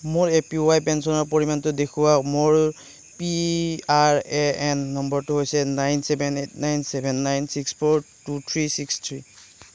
মোৰ A P Y পেঞ্চনৰ পৰিমাণটো দেখুৱাওক মোৰ পি আৰ এ এন নম্বৰটো হৈছে nine seven eight nine seven nine six four two three six three